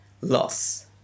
loss